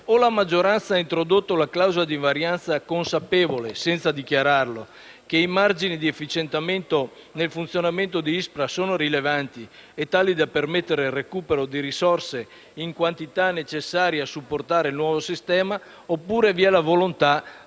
o la maggioranza ha introdotto la clausola di invarianza consapevole, senza dichiararlo, che i margini di efficientamento nel funzionamento di ISPRA sono rilevanti e tali da permettere il recupero di risorse in quantità necessaria a supportare il nuovo sistema, oppure vi è la volontà